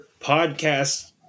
podcast